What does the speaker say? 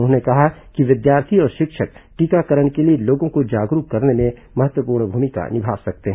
उन्होंने कहा कि विद्यार्थी और शिक्षक टीकाकरण के लिए लोगों को जागरूक करने में महत्वपूर्ण भूमिका निभा सकते हैं